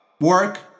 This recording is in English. work